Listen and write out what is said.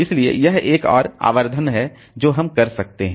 इसलिए यह एक और आवर्धन है जो हम कर सकते हैं